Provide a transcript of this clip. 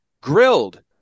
grilled